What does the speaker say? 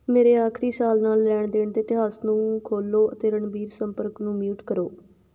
ਮੇਰੇ ਆਖਰੀ ਸਾਲ ਨਾਲ ਲੈਣ ਦੇਣ ਦੇ ਇਤਿਹਾਸ ਨੂੰ ਖੋਲੋ ਅਤੇ ਰਣਬੀਰ ਸੰਪਰਕ ਨੂੰ ਮਿਊਟ ਕਰੋ